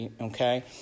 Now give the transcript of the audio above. Okay